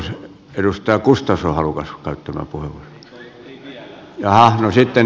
siksi tämä esitys on tällaisenaan hyvä